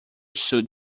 suit